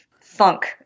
funk